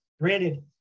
Granted